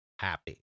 happy